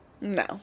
no